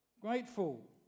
Grateful